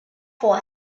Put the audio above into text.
for